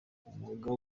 umwuga